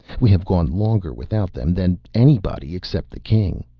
we have gone longer without them than anybody, except the king.